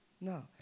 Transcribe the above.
No